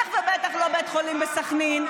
ובטח ובטח לא בית חולים בסח'נין.